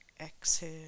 Exhale